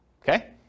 Okay